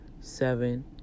seven